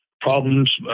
problems